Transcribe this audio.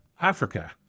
Africa